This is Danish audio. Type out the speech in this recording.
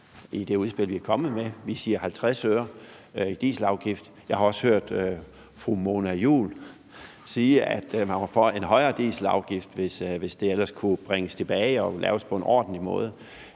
i det udspil, vi er kommet med, og vi siger 50 øre i dieselafgift. Jeg har også hørt fru Mona Juul sige, at man var for en højere dieselafgift, hvis det ellers kunne laves på en ordentlig måde.